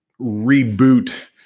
reboot